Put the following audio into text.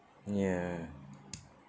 ya